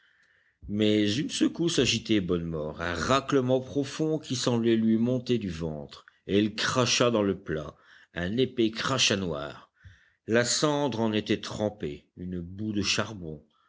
mais une secousse agitait bonnemort un raclement profond qui semblait lui monter du ventre et il cracha dans le plat un épais crachat noir la cendre en était trempée une boue de charbon